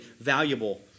valuable